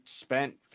spent –